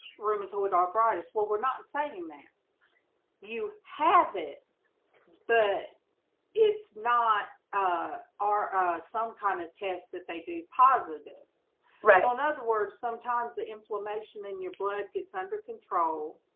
rheumatoid arthritis. well, we're not saying that you have it the it's not ah our some kind of test that they do positive in other words, sometimes the inflammation in your blood gets under control.